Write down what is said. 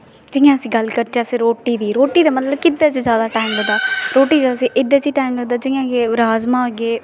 जि'यां अस गल्ल करचै रोटी दी रोटी दी मतलब केह्दै च जैदा टैम लगदा रोटी जैदा एह्दे च गै जैदा टैम लगदा जि'यां राजमाह् होई गे